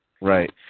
Right